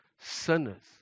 sinners